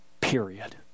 period